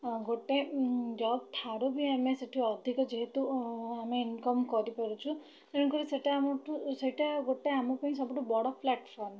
ଗୋଟେ ଜବ୍ଠାରୁ ବି ଆମେ ସେଇଠୁ ଅଧିକ ଯେହେତୁ ଆମେ ଇନ୍କମ୍ କରିପାରୁଛୁ ତେଣୁକରି ସେଇଟା ଆମଠୁ ସେଇଟା ଗୋଟେ ଆମକୁ ହିଁ ସବୁଠୁ ବଡ଼ ପ୍ଲାଟ୍ଫର୍ମ୍